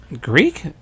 Greek